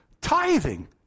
Tithing